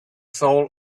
soul